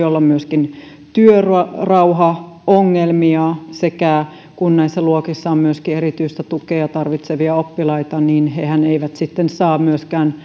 olla myöskin työrauhaongelmia ja kun näissä luokissa on myöskin erityistä tukea tarvitsevia oppilaita niin hehän eivät sitten saa kaikkea